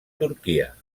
turquia